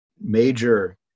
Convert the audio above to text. major